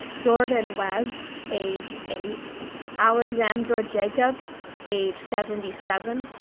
jorden webb age eight alexandra jacobs age seventy seven,